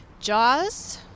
Jaws